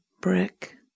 brick